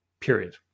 period